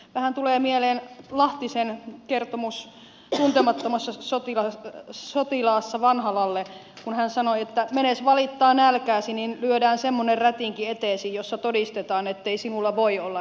vähän tulee mieleen lahtisen kertomus tuntemattomassa sotilaassa vanhalalle kun hän sanoi että menes valittaan nälkääsi niin lyödään semmoinen rätinki eteesi jossa todistetaan ettei sinulla voi olla nälkä